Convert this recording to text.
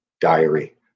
diary